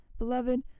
Beloved